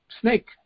snake